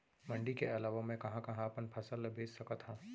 मण्डी के अलावा मैं कहाँ कहाँ अपन फसल ला बेच सकत हँव?